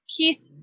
Keith